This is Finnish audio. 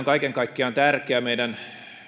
kaiken kaikkiaan tärkeä meidän